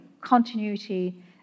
continuity